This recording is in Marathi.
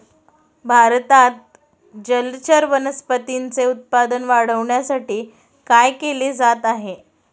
भारतात जलचर वनस्पतींचे उत्पादन वाढविण्यासाठी काय केले जात आहे?